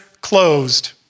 closed